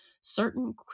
Certain